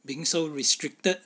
being so restricted